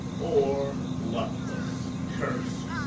or, luckless, curst,